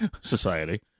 society